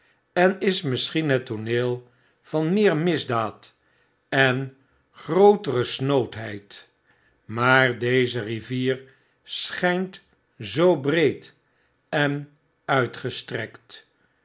en is misschieri het tooneel van meer misdaad en grootere snoodheid maar deze rivier schynt zoo breed en uitgestrekt